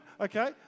okay